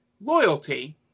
loyalty